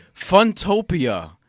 Funtopia